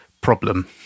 problem